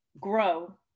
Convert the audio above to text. grow